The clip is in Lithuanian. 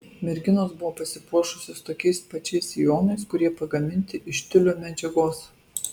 merginos buvo pasipuošusios tokiais pačiais sijonais kurie pagaminti iš tiulio medžiagos